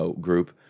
group